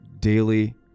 daily